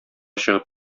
чыгып